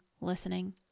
listening